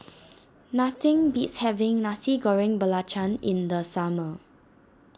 nothing beats having Nasi Goreng Belacan in the summer